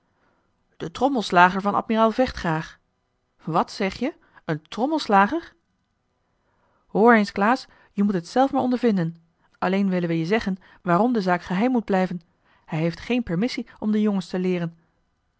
de trommelslager van admiraal vechtgraag wat zeg je een trommelslager hoor eens klaas je moet het zelf maar ondervinden alleen willen we je zeggen waarom de zaak geheim moet blijven hij heeft geen permissie om de jongens te leeren